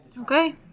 Okay